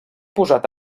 posat